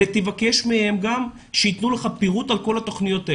ותבקש מהם גם שייתנו לך פירוט על כל התוכניות האלה.